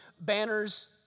banners